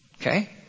Okay